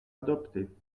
adoptés